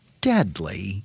deadly